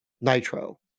nitro